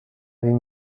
این